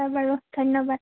হ'ব বাৰু ধন্যবাদ